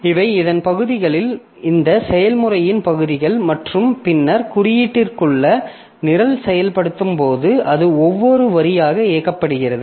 இவை இதன் பகுதிகள் இந்த செயல்முறையின் பகுதிகள் மற்றும் பின்னர் குறியீட்டிற்குள் நிரல் செயல்படுத்தப்படும்போது அது ஒவ்வொரு வரியாக இயக்கப்படுகிறது